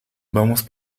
vamos